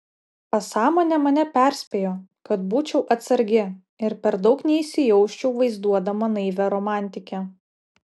pasąmonė mane perspėjo kad būčiau atsargi ir per daug neįsijausčiau vaizduodama naivią romantikę